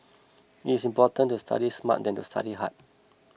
it's important to study smart than to study hard